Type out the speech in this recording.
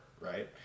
right